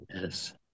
Yes